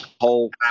whole